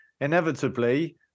inevitably